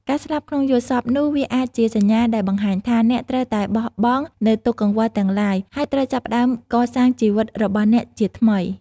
ការស្លាប់ក្នុងយល់សប្តិនោះ វាអាចជាសញ្ញាដែលបង្ហាញថា អ្នកត្រូវតែបោះបង់នូវទុក្ខកង្វល់ទាំងឡាយ ហើយត្រូវចាប់ផ្តើមកសាងជីវិត របស់អ្នកជាថ្មី។